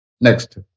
Next